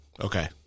Okay